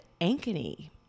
Ankeny